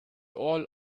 all